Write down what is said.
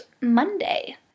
Monday